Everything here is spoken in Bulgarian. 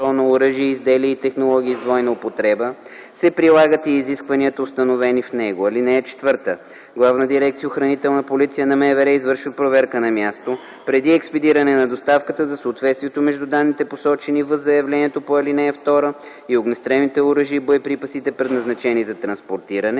на оръжия и изделия и технологии с двойна употреба, се прилагат и изискванията, установени в него. (4) Главна дирекция “Охранителна полиция” на МВР извършва проверка на място преди експедиране на доставката за съответствието между данните, посочени в заявлението по ал. 2, и огнестрелните оръжия и боеприпасите, предназначени за транспортиране,